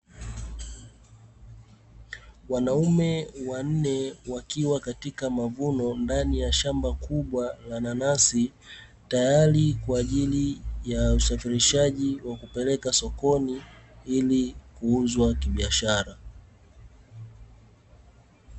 Wanaume wanne wakiwa katikati mavuno, ndani ya shamba kubwa la nanasi, tayari kwa ajili ya usafirishaji wa kupeleka sokoni, ili kuuzwa kibiashara.